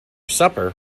supper